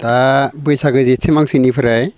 दा बैसागो जेथो मासनिफ्राय